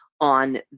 on